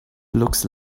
looks